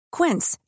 Quince